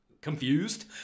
confused